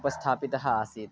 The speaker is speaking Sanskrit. उपस्थापितः आसीत्